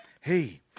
Hey